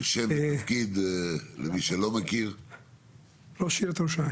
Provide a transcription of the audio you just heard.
הייתה לי גם